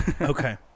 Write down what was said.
Okay